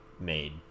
Made